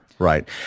Right